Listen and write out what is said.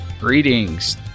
Greetings